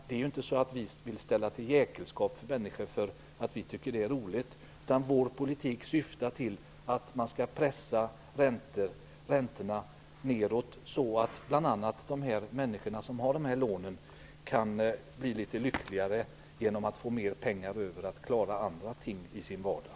Det är inte så att vi vill ställa till jäkelskap för människor därför att vi tycker att det är roligt. Vår politik syftar till att man skall pressa räntorna nedåt så att bl.a. de människor som har de här lånen kan bli litet lyckligare genom att få mer pengar över till att klara andra ting i sin vardag.